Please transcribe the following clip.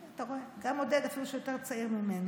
אתה רואה, גם עודד, אפילו שהוא יותר צעיר ממני.